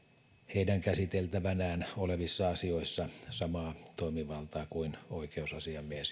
heidän käsiteltävänään olevissa asioissa samaa toimivaltaa kuin oikeusasiamies